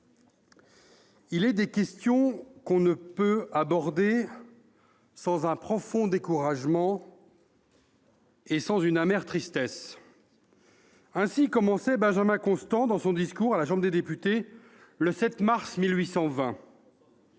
il est des questions qu'on ne peut aborder sans un profond découragement et sans une amère tristesse ». Ainsi Benjamin Constant commençait-il son discours à la Chambre des députés, le 7 mars 1820.